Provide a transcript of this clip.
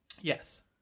Yes